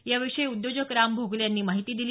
याविषयी उद्योजग राम भोगले यांनी माहिती दिली